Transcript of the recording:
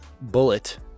bullet